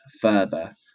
further